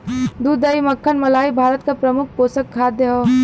दूध दही मक्खन मलाई भारत क प्रमुख पोषक खाद्य हौ